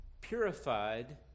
purified